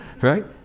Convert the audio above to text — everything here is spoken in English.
right